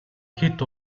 хэт